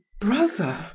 brother